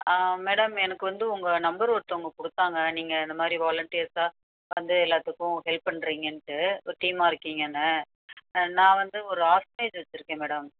madam எனக்கு வந்து உங்கள் நம்பர் ஒருத்தவங்க கொடுத்தாங்க நீங்கள் இந்த மாதிரி வாலன்ட்டியர்ஸாக வந்து எல்லாத்துக்கும் ஹெல்ப் பண்ணுறிங்கன்ட்டு ஒரு டீமாக இருக்கிங்கன்னு நான் வந்து ஒரு ஆர்ஃபனேஜ் வச்சுருக்கேன் மேடம்